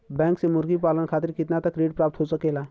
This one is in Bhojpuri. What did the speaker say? बैंक से मुर्गी पालन खातिर कितना तक ऋण प्राप्त हो सकेला?